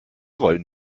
wollen